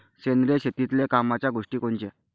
सेंद्रिय शेतीतले कामाच्या गोष्टी कोनच्या?